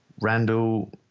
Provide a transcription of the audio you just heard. Randall